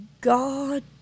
God